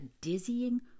dizzying